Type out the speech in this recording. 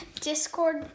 discord